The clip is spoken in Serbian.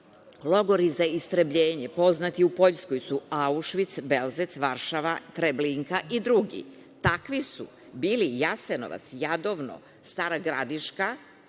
logore za istrebljenje, poznati u Poljskoj su Aušvic, Belzec, Varšava, Treblinka i drugi, takvi su bili i Jasenovac, Jadovno, Stara Gradiška